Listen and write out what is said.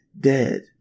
dead